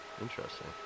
Interesting